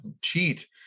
cheat